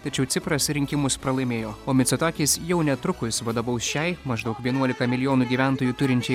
tačiau cipras rinkimus pralaimėjo o micotakis jau netrukus vadovaus šiai maždaug vienuolika milijonų gyventojų turinčiai